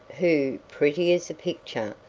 who, pretty as a picture,